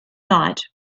night